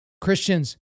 Christians